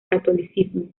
catolicismo